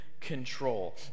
control